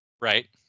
Right